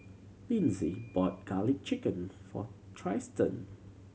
Linzy bought Garlic Chicken for Trystan